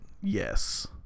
Yes